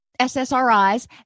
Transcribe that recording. SSRIs